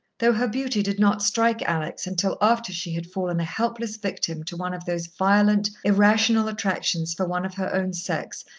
though her beauty did not strike alex until after she had fallen a helpless victim to one of those violent, irrational attractions for one of her own sex,